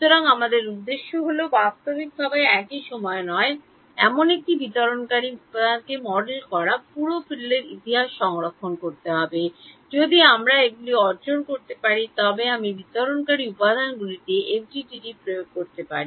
সুতরাং আমাদের উদ্দেশ্য হল বাস্তবিকভাবে একই সময়ে নয় এমন একটি বিতরণকারী উপাদানকে মডেল করা পুরো ফিল্ডের ইতিহাস সংরক্ষণ করতে হবে যদি আমরা এগুলি অর্জন করতে পারি তবে আমি বিতরণকারী উপকরণগুলিতে এফডিটিডি প্রয়োগ করতে পারি